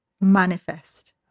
manifest